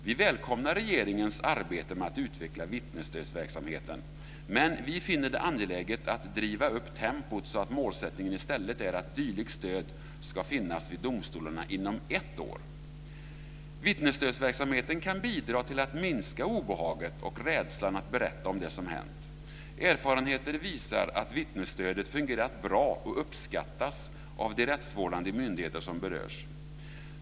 Vi välkomnar regeringens arbete med att utveckla vittnesstödsverksamheten, men vi finner det angeläget att driva upp tempot så att målsättningen i stället är att dylikt stöd ska finnas vid domstolarna inom ett år. Vittnesstödsverksamheten kan bidra till att minska obehaget och rädslan för att berätta om det som hänt. Erfarenheter visar att vittnesstödet fungerat bra och uppskattas av de rättsvårdande myndigheter som berörs.